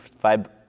five